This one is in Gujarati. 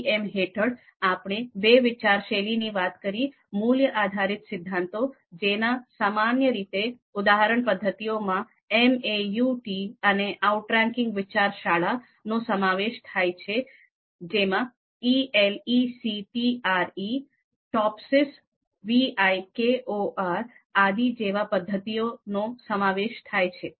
MADM હેઠળ આપણે બે વિચાર શૈલી ની વાત કરી મૂલ્ય આધારિત સિદ્ધાંતો જેના સામાન્ય ઉદાહરણ પદ્ધતિ માં MAUT અને આઉટ રેંકિંગ વિચાર શાળા નો સમાવેશ થાય છે જેમાં ELECTRE TOPSIS VIKOR આદિ જેવા પદ્ધતિઓ નો સમાવેશ થાય છે